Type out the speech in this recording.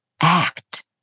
act